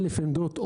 1,000 עמדות,